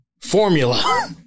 formula